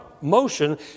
motion